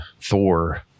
Thor